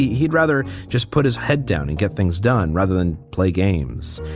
he'd rather just put his head down and get things done rather than play games.